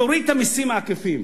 תוריד את המסים העקיפים